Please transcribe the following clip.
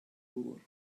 gŵr